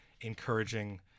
encouraging